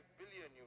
billion